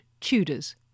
TUDORS